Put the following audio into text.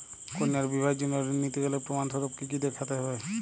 কন্যার বিবাহের জন্য ঋণ নিতে গেলে প্রমাণ স্বরূপ কী কী দেখাতে হবে?